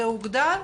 זה הוגדר.